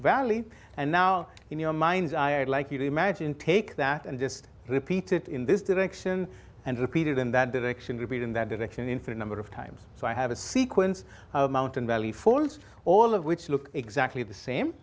valley and now in your mind's eye i'd like you to imagine take that and just repeat it in this direction and repeated in that direction repeating that direction in for a number of times so i have a sequence mountain valley falls all of which look exactly the same